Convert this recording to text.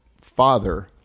father